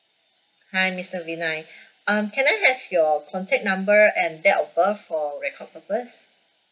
hi mister vinine um can I have your contact number and date of birth for record purpose